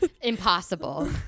Impossible